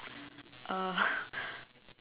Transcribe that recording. uh